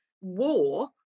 war